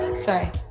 sorry